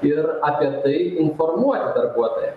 ir apie tai informuoti darbuotoją